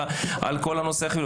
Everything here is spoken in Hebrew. על כל הנושא.